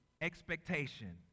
expectation